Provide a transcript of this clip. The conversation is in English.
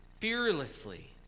fearlessly